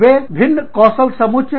वे भिन्न कौशल समुच्चय ला रहे हैं